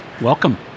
welcome